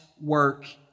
work